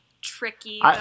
tricky